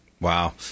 Wow